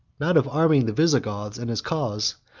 not of arming the visigoths in his cause,